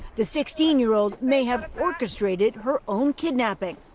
the sixteen year old may have orchestrated her own kidnapping.